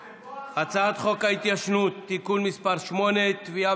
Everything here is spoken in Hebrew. הצעת חוק ההתיישנות (תיקון מס' 8) (תביעה